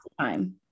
time